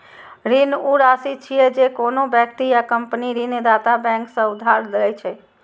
ऋण ऊ राशि छियै, जे कोनो व्यक्ति या कंपनी ऋणदाता बैंक सं उधार लए छै